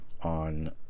on